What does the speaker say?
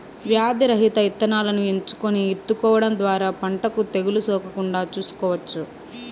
వ్యాధి రహిత ఇత్తనాలను ఎంచుకొని ఇత్తుకోవడం ద్వారా పంటకు తెగులు సోకకుండా చూసుకోవచ్చు